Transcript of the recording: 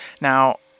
Now